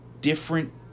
different